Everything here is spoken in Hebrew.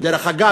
דרך אגב,